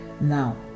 now